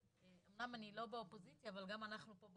אמנם אני לא באופוזיציה אבל גם אנחנו פה,